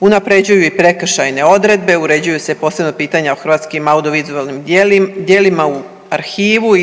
unapređuju i prekršajne odredbe, uređuju se posebno pitanja o hrvatskim audiovizualnim djelima u arhivu